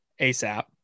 ASAP